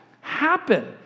happen